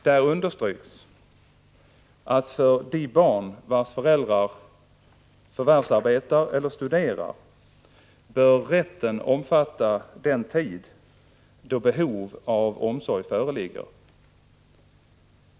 Där understryks att för de barn vilkas föräldrar förvärvsarbetar eller studerar bör rätten omfatta den tid då behov av omsorg föreligger.